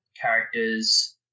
characters